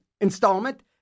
installment